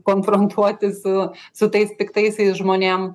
konfrontuoti su su tais piktaisiais žmonėm